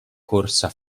corsa